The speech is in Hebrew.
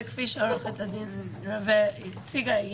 וכפי שעורכת הדין רווה הציגה,